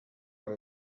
what